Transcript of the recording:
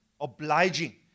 obliging